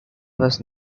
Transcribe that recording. was